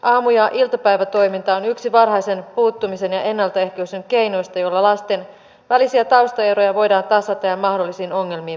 aamu ja iltapäivätoiminta on yksi varhaisen puuttumisen ja ennaltaehkäisyn keinoista joilla lasten välisiä taustaeroja voidaan tasata ja mahdollisiin ongelmiin puuttua